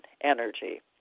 energy